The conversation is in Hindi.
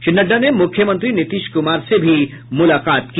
श्री नड्डा ने मुख्यमंत्री नीतीश कुमार से भी मुलाकात की